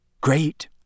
Great